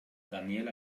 daniel